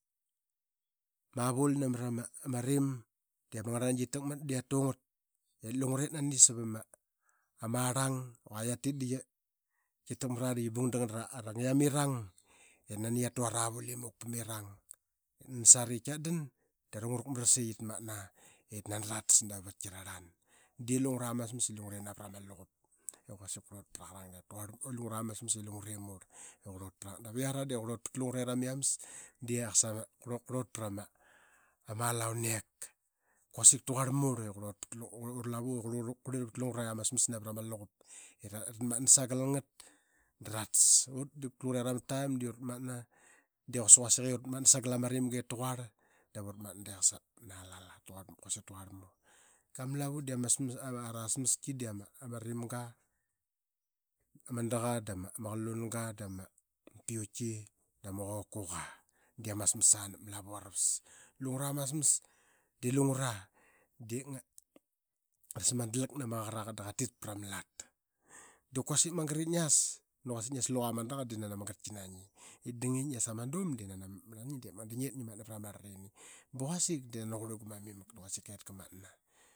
Ma vul nam ra ma rim. Dii ama ngarlnangi qi takmat d aqia tu ngat ip lungre nin sapma arlang i qua qialtit de qia takmara de nganaqi bung dara nglamirang ip nani qiatu ara vul imuk pam irang. I nani sari i qia dan da ra ngurak maras i gat matna ip nani ratasdama vati rarlan. Dii lungra ama smas di lungra navra ma luquo i quasik qurlut paraqarang taquarl lungra ama smas i lungre murl kurlut pra ngat. Iara de qurlut pat lungre rama iames de qasa qurlut prama alau nek kausik taquarl murl i qarlut ura lavu i qarlira vat lungrera amasmes navrama aluqup. I ratmat nana sangel ngat da ra tasut vat lungreva ama taim de uratmatna de sa na alala kausik taquarl murl. Qatika ma lavu de ra ara smeski de am a adaqa dama aqaluna dama apik dama qokoqa de ama smas aa navra ama lavu aravas. Lungra ma mes de lungra de ngarasamadlack nama qa qaraqa da qatok prama lat. Da nani quasik ngias luqa ma daqa de nani ama gatki na ngi ip dang i ngias ama dum de nani marlan ngi da ngi matna vrama rlatini. Ip ba kausik denani qurli gumam i mak nani quasik ket kamatna